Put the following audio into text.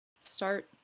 start